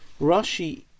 Rashi